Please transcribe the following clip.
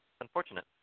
unfortunate